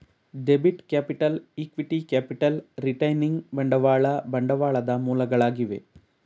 debit capital, equity capital, retaining ಬಂಡವಾಳ ಬಂಡವಾಳದ ಮೂಲಗಳಾಗಿವೆ